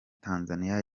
tanzaniya